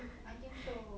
I think so